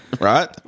Right